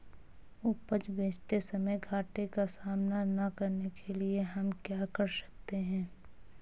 उपज बेचते समय घाटे का सामना न करने के लिए हम क्या कर सकते हैं?